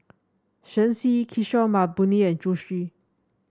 Shen Xi Kishore Mahbubani and Zhu Xu